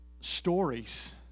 stories